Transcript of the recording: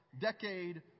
decade